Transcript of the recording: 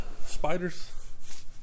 spiders